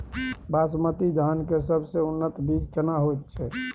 बासमती धान के सबसे उन्नत बीज केना होयत छै?